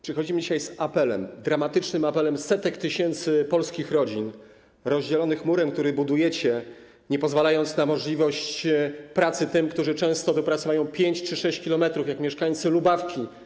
Przychodzimy dzisiaj z dramatycznym apelem setek tysięcy polskich rodzin rozdzielonych murem, który budujecie, nie pozwalając na możliwość pracy tym, którzy często do pracy mają 5 czy 6 km, tak jak mieszkańcy Lubawki.